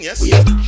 Yes